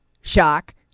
shock